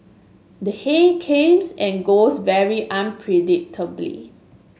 the haze comes and goes very unpredictably